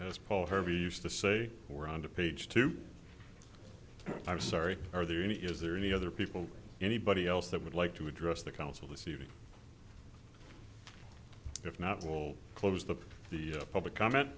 as paul harvey used to say we're on to page two i'm sorry are there any is there any other people anybody else that would like to address the council this evening if not will close that the public